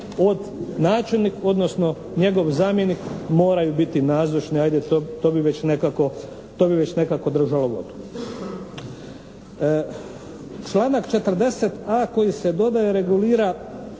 od načelnika, odnosno njegov zamjenik moraju biti nazočni, ajde to bi već nekako držalo vodu. Članak 40.a koji se dodaje regulira